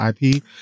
IP